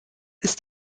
ist